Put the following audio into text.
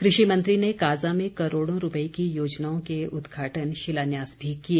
कृषि मंत्री ने काजा में करोड़ों रूपए की योजनाओं के उदघाटन शिलान्यास भी किए